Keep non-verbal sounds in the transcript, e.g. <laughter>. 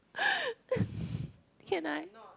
<laughs> can I